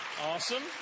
Awesome